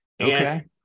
Okay